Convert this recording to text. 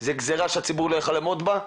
זה גזירה שהציבור לא יכול היה לעמוד בה,